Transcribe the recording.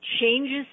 changes